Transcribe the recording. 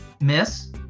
miss